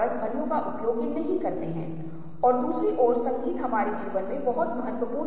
यह शुद्ध प्रवृत्ति जो किसी चीज़ को किसी और चीज़ के खिलाफ देखने के लिए मौजूद है हमारे लिए बहुत महत्वपूर्ण है